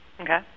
Okay